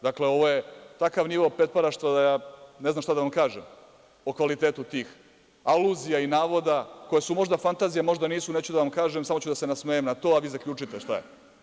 Dakle, ovo je takav nivo pretparaštva da ja ne znam šta da vam kažem o kvalitetu tih aluzija i navoda koje su možda fantazija, možda nisu, neću da vam kažem, samo ću da se nasmejem na to, a vi zaključite šta je.